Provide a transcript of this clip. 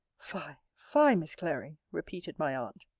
fie, fie, miss clary! repeated my aunt.